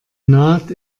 naht